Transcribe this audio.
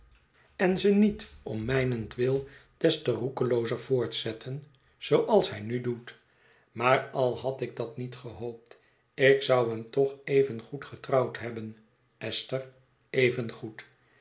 en ze niet om mijnentwil des te roekeloozer voortzetten zooals hij nu doet maar al had ik dat niet gehoopt ik zou hem toch evengoed getrouwd hebben esther evengoed